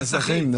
נסחים.